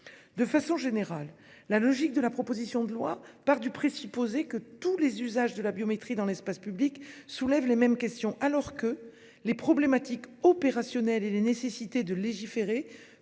De façon générale, les auteurs de la proposition de loi partent du présupposé que les usages de la biométrie dans l'espace public soulèvent tous les mêmes questions, alors que les problématiques opérationnelles et les besoins de légiférer